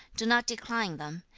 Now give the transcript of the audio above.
do not decline them.